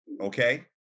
okay